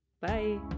Bye